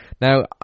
Now